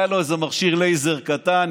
היה לו איזה מכשיר לייזר קטן,